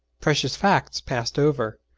precious facts passed over,